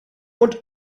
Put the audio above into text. und